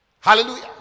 hallelujah